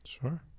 Sure